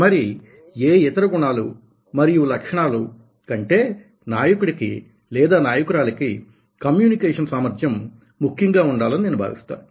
మరి ఏ ఇతర గుణాలు మరియు లక్షణాలు కంటే నాయకుడికి లేదా నాయకురాలికి కమ్యూనికేషన్ సామర్థ్యం ముఖ్యంగా ఉండాలని నేను భావిస్తాను